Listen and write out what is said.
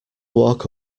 walk